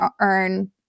earn